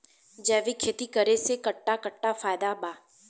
जैविक खेती करे से कट्ठा कट्ठा फायदा बा?